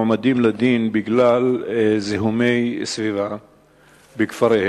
מועמדים לדין בגלל זיהומי סביבה בכפריהם,